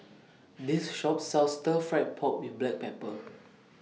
This Shop sells Stir Fried Pork with Black Pepper